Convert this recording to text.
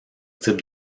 type